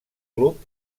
club